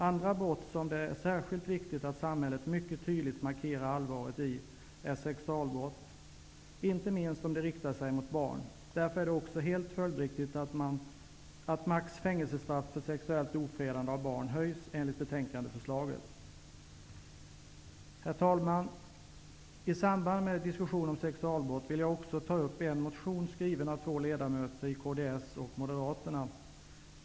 Andra brott som det är särskilt viktigt att samhället mycket tydligt markerar allvaret i är sexualbrott, inte minst om de riktar sig mot barn. Därför är det också helt följdriktigt att utskottet föreslår att det maximala fängelsestraffet för sexuellt ofredande av barn skall höjas. Herr talman! I samband med diskussionen om sexualbrott vill jag också ta upp en motion skriven av två ledamöter i kds och Moderata samlingspartiet.